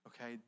Okay